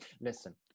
Listen